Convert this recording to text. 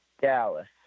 dallas